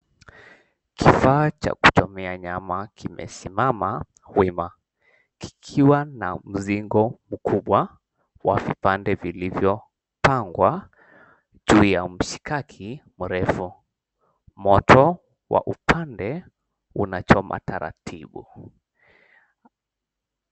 Kifaa cha kuchomea nyama kimesimama wima kikiwa na mzingo mkubwa wa vipande vilivyopangwa juu ya msikaki mrefu, moto wa upande unachoma taratibu.